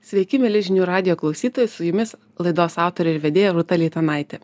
sveiki mieli žinių radijo klausytojai su jumis laidos autorė ir vedėja rūta leitanaitė